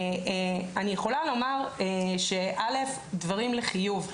אני יכולה לומר ש-א', דברים לחיוב.